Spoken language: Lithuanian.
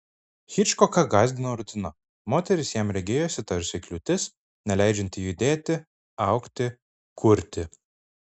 hičkoką gąsdino rutina moteris jam regėjosi tarsi kliūtis neleidžianti judėti augti kurti